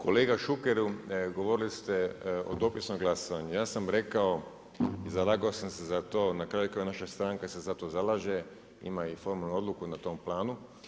Kolega Šukeru, govorili ste o dopisnom glasovanju, ja sam rekao i zalagao sam se za to, na kraju krajeva naša stranka se za to zalaže, ima i formalnu odluku na tom planu.